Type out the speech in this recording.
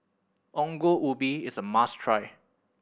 Ongol Ubi is a must try